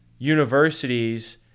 universities